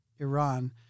Iran